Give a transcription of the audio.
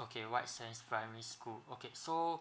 okay white sands primary school okay so